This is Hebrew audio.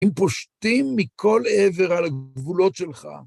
אם פושטים מכל עבר על הגבולות שלך,